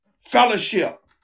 fellowship